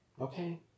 Okay